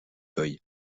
feuille